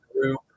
group